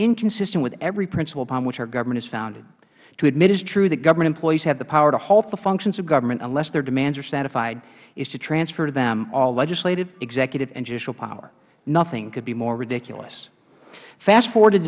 inconsistent with every principle upon which our government is founded to admit as true that government employees have the power to halt the functions of government unless their demands are satisfied is to transfer to them all legislative executive and judicial power nothing could be more ridiculous fast forward